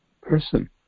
person